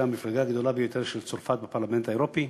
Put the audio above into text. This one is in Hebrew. המפלגה הגדולה ביותר של צרפת בפרלמנט האירופי.